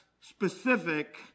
specific